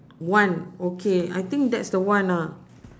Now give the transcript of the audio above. one okay I think that's the one ah